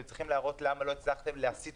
אתם צריכים להראות למה לא הצלחתם להסיט